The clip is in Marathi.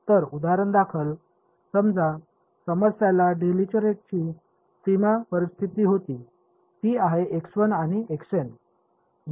तर उदाहरणादाखल समजा समस्याला डिरीचलेटची सीमा परिस्थिती होती ती आहे आणि